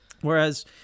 Whereas